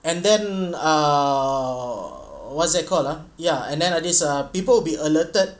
and then err what's that called ah ya and then like this ah people will be alerted